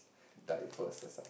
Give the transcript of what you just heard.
diverse as I